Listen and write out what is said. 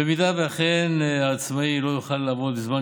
במידה שאכן העצמאי לא יוכל לעבוד בזמן